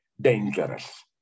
dangerous